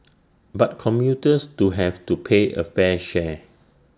but commuters to have to pay A fair share